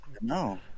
No